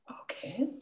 Okay